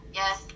yes